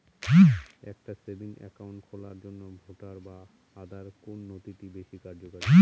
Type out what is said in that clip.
একটা savings account খোলার জন্য ভোটার বা আধার কোন নথিটি বেশী কার্যকরী?